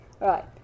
right